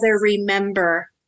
remember